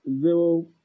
zero